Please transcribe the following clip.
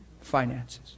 finances